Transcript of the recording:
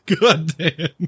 Goddamn